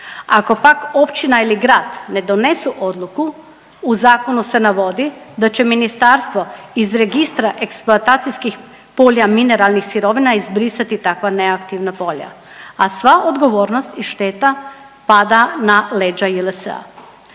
Ako pak općina ili grad ne donesu odluku u zakonu se navodi da će ministarstvo iz registra eksploatacijskih polja mineralnih sirovina izbrisati takva neaktivna polja, a sva odgovornost i šteta pada na leđa JLSA-a.